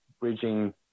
bridging